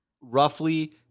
Roughly